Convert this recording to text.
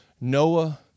Noah